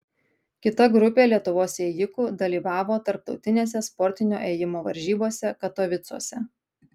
kita grupė lietuvos ėjikų dalyvavo tarptautinėse sportinio ėjimo varžybose katovicuose